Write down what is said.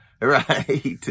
right